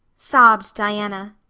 sobbed diana.